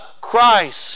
Christ